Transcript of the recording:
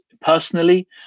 personally